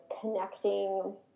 connecting